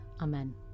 Amen